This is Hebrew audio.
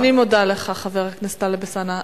אני מודה לך, חבר הכנסת טלב אלסאנע.